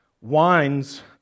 wines